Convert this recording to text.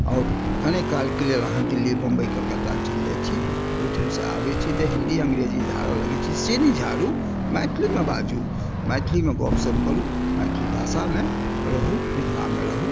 आओर कनिकालके लेल अहाँ दिल्ली बम्बई कलकत्ता चलि जाइत छी ओहिठाम सॅं आबै छी जहन हिन्दी अङ्ग्रेजी झाड़ऽ लागै छी से नहि झाड़ू मैथिलीमे बाजू मैथिलीमे गप सप करु मैथिली भाषामे रहू मिथिलामे रहू